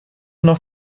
noch